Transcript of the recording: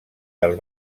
dels